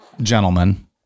gentlemen